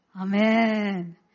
Amen